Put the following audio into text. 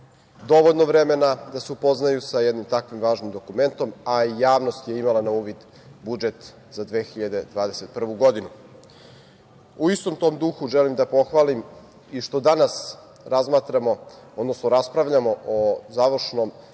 dovoljno vremena da se upoznaju sa jednim tako važnim dokumentom, a javnost je imala na uvid budžet za 2021. godinu.U istom tom duhu želim da pohvalim i što danas raspravljamo o završnom